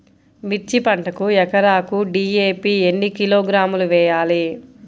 మిర్చి పంటకు ఎకరాకు డీ.ఏ.పీ ఎన్ని కిలోగ్రాములు వేయాలి?